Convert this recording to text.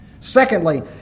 Secondly